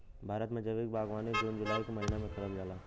भारत में जैविक बागवानी जून जुलाई के महिना में करल जाला